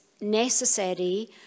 necessary